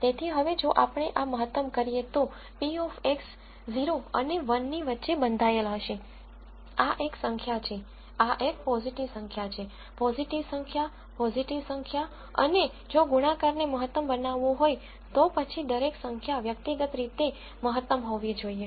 તેથી હવે જો આપણે આ મહત્તમ કરીએ તો p of x 0 અને 1 ની વચ્ચે બંધાયેલ હશે આ એક સંખ્યા છે આ એક પોઝીટીવ સંખ્યા છે પોઝીટીવ સંખ્યા પોઝીટીવ સંખ્યા અને જો ગુણાકારને મહત્તમ બનાવવું હોય તો પછી દરેક સંખ્યા વ્યક્તિગત રીતે મહત્તમ હોવી જોઈએ